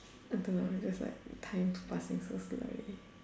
I don't know just like time is passing so slowly